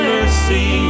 Mercy